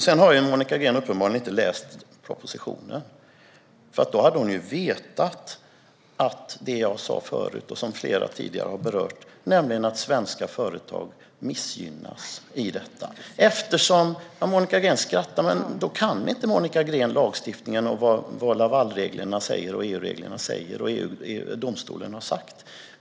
Monica Green har uppenbarligen inte läst propositionen, för då hade hon vetat det som jag sa förut och som flera har berört tidigare, nämligen att svenska företag missgynnas i detta. Monica Green skrattar, men då kan hon inte lagstiftningen och vad Laval och EU-reglerna säger och vad domstolen har sagt.